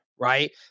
right